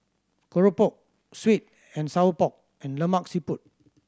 keropok sweet and sour pork and Lemak Siput